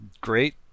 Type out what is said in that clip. Great